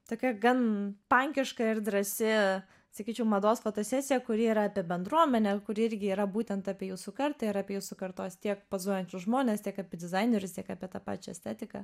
tokia gan pankiška ir drąsi sakyčiau mados fotosesija kuri yra apie bendruomenę kuri irgi yra būtent apie jūsų kartą yra apie jūsų kartos tiek pozuojančius žmones tiek apie dizainerius tiek apie tą pačią estetiką